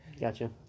Gotcha